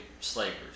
slavers